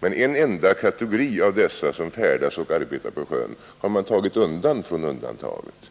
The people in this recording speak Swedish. Men en enda kategori av dessa som färdas och arbetar på sjön har tagits undan från undantaget.